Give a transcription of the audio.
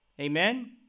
amen